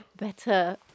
better